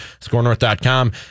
scorenorth.com